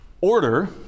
order